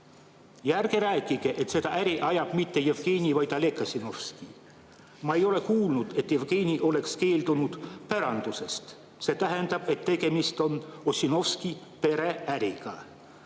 ärge rääkige, et seda äri ajab mitte Jevgeni, vaid Oleg Ossinovski. Ma ei ole kuulnud, et Jevgeni oleks keeldunud pärandusest, see tähendab, et tegemist on Ossinovski pereäriga.